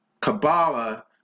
Kabbalah